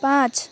पाँच